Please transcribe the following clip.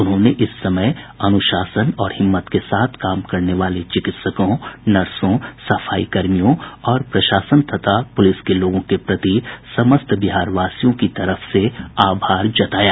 उन्होंने इस समय अनुशासन और हिम्मत के साथ काम करने वाले चिकित्सकों नर्सों सफाईकर्मियों और प्रशासन तथा पुलिस के लोगों के प्रति समस्त बिहारवासियों की तरफ से आभार जताया